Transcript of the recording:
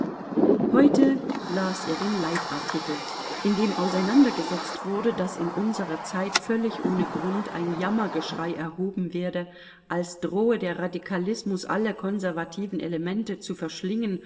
heute las er den leitartikel in dem auseinandergesetzt wurde daß in unserer zeit völlig ohne grund ein jammergeschrei erhoben werde als drohe der radikalismus alle konservativen elemente zu verschlingen